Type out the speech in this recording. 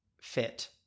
fit